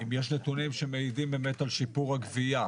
אם יש נתונים שמעידים על שיפור הגבייה.